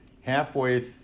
halfway